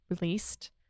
released